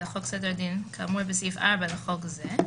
לחוק סדר הדין כאמור בסעיף 40 לחוק זה,